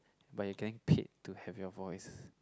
but you can pick to have your voice